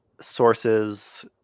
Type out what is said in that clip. sources